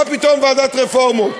מה פתאום ועדת רפורמות?